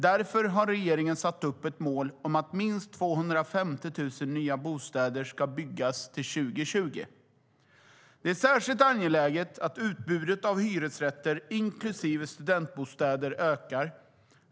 Därför har regeringen satt upp ett mål om att minst 250 000 nya bostäder ska byggas till 2020. Det är särskilt angeläget att utbudet av hyresrätter, inklusive studentbostäder, ökar.